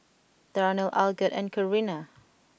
Darnell Algot and Corinna